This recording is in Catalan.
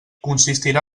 consistirà